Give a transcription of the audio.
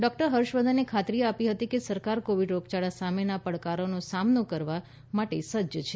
doctor ફર્ષવર્ધને ખાતરી આપી હતી કે સરકાર કોવિડ રોગયાળા સામેના પડકારોનો સામનો કરવા માટે સજ્જ છે